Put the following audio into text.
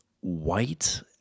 white